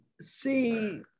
see